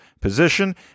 position